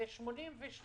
מ-1982,